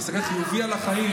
להסתכל חיובי על החיים,